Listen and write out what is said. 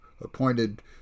appointed